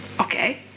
okay